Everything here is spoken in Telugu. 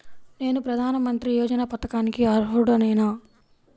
నేను ప్రధాని మంత్రి యోజన పథకానికి అర్హుడ నేన?